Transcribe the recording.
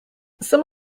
some